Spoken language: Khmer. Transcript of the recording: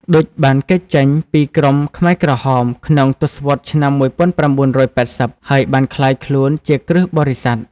ឌុច បានគេចចេញពីក្រុមខ្មែរក្រហម ក្នុងទសវត្សរ៍ឆ្នាំ១៩៨០ ហើយបានក្លាយខ្លួនជាគ្រិស្តបរិស័ទ។